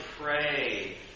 pray